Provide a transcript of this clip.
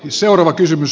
seuraava kysymys